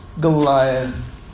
Goliath